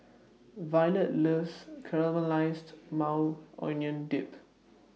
Violet loves Caramelized Maui Onion Dip